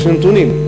יש נתונים,